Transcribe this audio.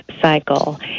cycle